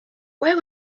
where